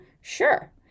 Sure